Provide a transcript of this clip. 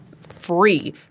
free